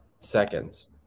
seconds